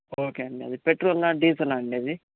okay అండి అది పెట్రోలా డీజిలా అండి అది